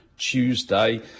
Tuesday